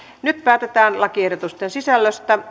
nyt päätetään lakiehdotusten sisällöstä